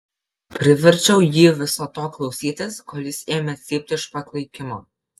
priverčiau jį viso to klausytis kol jis ėmė cypt iš paklaikimo